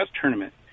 tournament